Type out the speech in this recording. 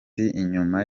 inyuma